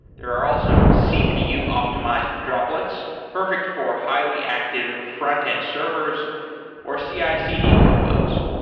there are also cpu optimized droplets, perfect for highly active frontend servers or cicd workloads,